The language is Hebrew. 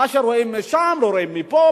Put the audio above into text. מה שרואים משם לא רואים מפה,